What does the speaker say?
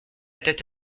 tête